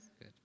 Good